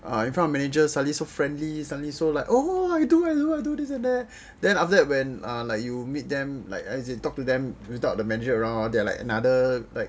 ah in front manager suddenly so friendly suddenly so like oh like I do this and that then after that when like you meet them like as you talk to them without the manager around ah they like another